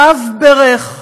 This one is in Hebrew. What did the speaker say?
הרב בירך: